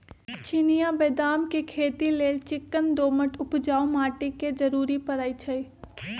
चिनियाँ बेदाम के खेती लेल चिक्कन दोमट उपजाऊ माटी के जरूरी पड़इ छइ